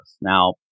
now